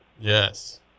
Yes